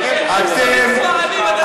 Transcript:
של השמאל, יואל, אתה, חבר הכנסת אורן חזן, תודה.